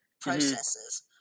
processes